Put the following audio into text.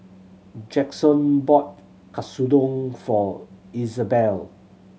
Jaxon bought Katsudon for Izabelle